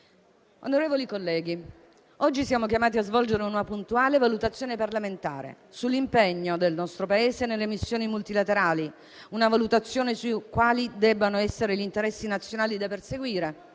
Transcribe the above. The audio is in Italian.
Onorevoli colleghi, siamo oggi chiamati a svolgere una puntuale valutazione parlamentare sull'impegno del nostro Paese nelle missioni multilaterali; una valutazione su quali debbano essere gli interessi nazionali da perseguire;